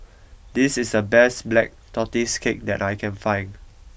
this is the best black tortoise cake that I can find